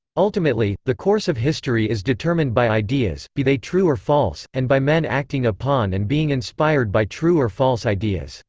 ultimately, the course of history is determined by ideas, be they true or false, and by men acting upon and being inspired by true or false ideas.